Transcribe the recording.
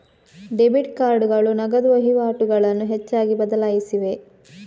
debit ಕಾರ್ಡುಗಳು ನಗದು ವಹಿವಾಟುಗಳನ್ನು ಹೆಚ್ಚಾಗಿ ಬದಲಾಯಿಸಿವೆ